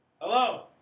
Hello